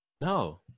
No